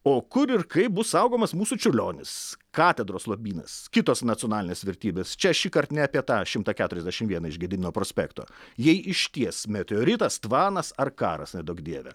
o kur ir kaip bus saugomas mūsų čiurlionis katedros lobynas kitos nacionalinės vertybės čia šįkart ne apie tą šimtą keturiasdešimt vieną iš gedimino prospekto jei išties meteoritas tvanas ar karas neduok dieve